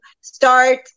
start